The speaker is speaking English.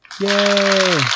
Yay